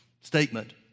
statement